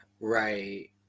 Right